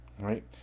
right